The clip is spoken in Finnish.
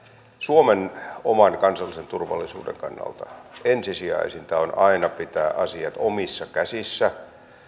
suomen oman kansallisen turvallisuuden kannalta ensisijaisinta on aina pitää asiat omissa käsissä